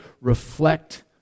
reflect